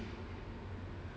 因为有 mask